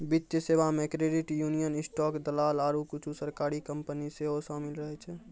वित्तीय सेबा मे क्रेडिट यूनियन, स्टॉक दलाल आरु कुछु सरकारी कंपनी सेहो शामिल रहै छै